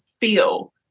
feel